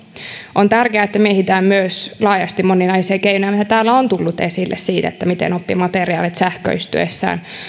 on tärkeää että mietitään myös laajasti moninaisia keinoja mitä täällä on tullut esille siitä miten oppimateriaalit sähköistyessään